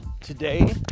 today